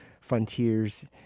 frontiers